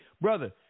brother